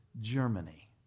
Germany